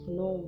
no